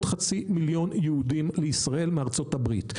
חצי מיליון יהודים לישראל מארצות הברית.